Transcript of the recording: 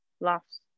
Laughs